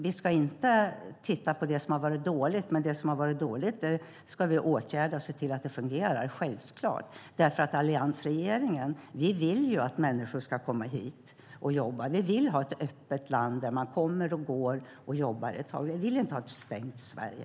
Vi ska inte bara titta på det som har varit dåligt, men vi ska självklart åtgärda det som har varit dåligt och se till att det fungerar. Alliansregeringen vill att människor ska komma hit och jobba. Vi vill ha ett öppet land där man kommer och går och jobbar ett tag. Vi vill inte ha ett stängt Sverige.